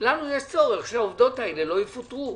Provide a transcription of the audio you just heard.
לנו יש צורך שהעובדות האלה לא יפוטרו.